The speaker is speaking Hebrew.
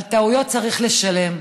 על טעויות צריך לשלם.